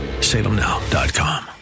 salemnow.com